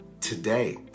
today